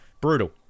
Brutal